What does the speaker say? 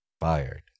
fired